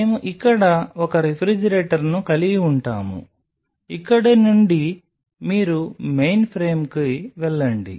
మేము ఇక్కడ ఒక రిఫ్రిజిరేటర్ను కలిగి ఉంటాము ఇక్కడ నుండి మీరు మెయిన్ఫ్రేమ్కి వెళ్లండి